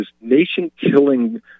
nation-killing